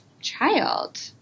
child